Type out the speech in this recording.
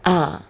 uh